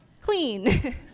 clean